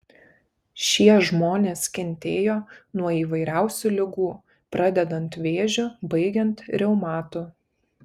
šie žmonės kentėjo nuo įvairiausių ligų pradedant vėžiu baigiant reumatu